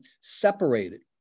separated